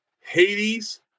Hades